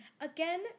Again